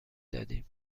دادیم